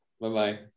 Bye-bye